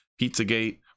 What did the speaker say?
Pizzagate